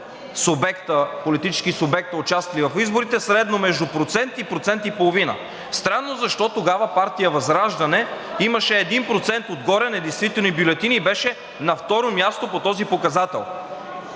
политически субекта, участвали в изборите, средно между процент и процент и половина. Странно защо тогава партия ВЪЗРАЖДАНЕ имаше 1% отгоре недействителни бюлетини и беше на второ място по този показател?!